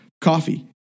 Coffee